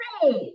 great